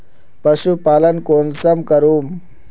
पशुपालन कुंसम करूम?